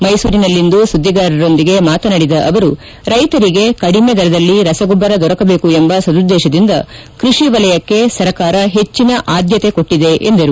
ಮೈಸೂರಿನಲ್ಲಿಂದು ಸುಧ್ಲಿಗಾರರೊಂದಿಗೆ ಮಾತನಾಡಿದ ಅವರು ರೈತರಿಗೆ ಕಡಿಮೆ ದರದಲ್ಲಿ ರಸಗೊಬ್ಲರ ದೊರಕಬೇಕು ಎಂಬ ಸದುದ್ಲೇಶದಿಂದ ಕೈಷಿ ವಲಯಕ್ಕೆ ಸರ್ಕಾರ ಹೆಚ್ಚಿನ ಆದ್ದತೆ ಕೊಟ್ಟದೆ ಎಂದರು